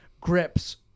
grips